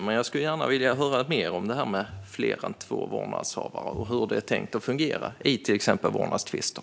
Men jag skulle gärna vilja höra mer om det här med fler än två vårdnadshavare och hur det är tänkt att fungera vid till exempel vårdnadstvister.